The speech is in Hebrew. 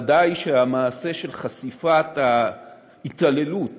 ודאי שהמעשה של חשיפת ההתעללות